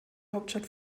hauptstadt